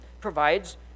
provides